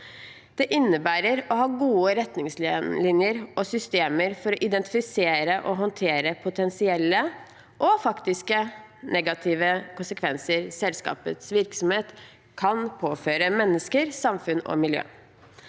Det innebærer å ha gode retningslinjer og systemer for å identifisere og håndtere potensielle – og faktiske – negative konsekvenser selskapets virksomhet kan påføre mennesker, samfunn og miljø.